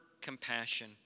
compassion